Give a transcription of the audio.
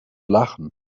lachen